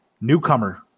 Newcomer